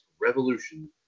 revolution